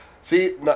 See